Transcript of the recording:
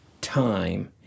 time